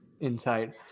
inside